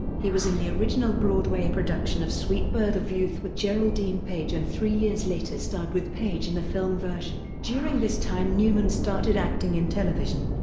he was in the original broadway production of sweet bird of youth with geraldine page and three years later starred with page in the film version. during this time newman started acting in television.